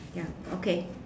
ya okay